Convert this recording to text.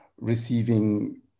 receiving